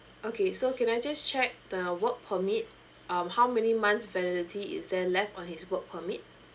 okay so can I just check the work permit um how many months validity is there left on his work permit